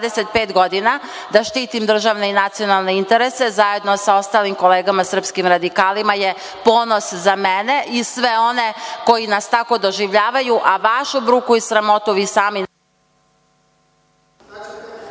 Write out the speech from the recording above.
godina, da štitim državne i nacionalne interese zajedno sa ostalim kolegama, srpskim radikalima, je ponos za mene i sve one koji nas tako doživljavaju, a vašu bruku i sramotu vi sami